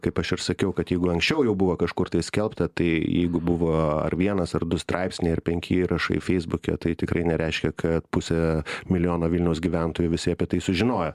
kaip aš ir sakiau kad jeigu anksčiau jau buvo kažkur tai skelbta tai jeigu buvo ar vienas ar du straipsniai ar penki įrašai feisbuke tai tikrai nereiškia kad pusė milijono vilniaus gyventojų visi apie tai sužinojo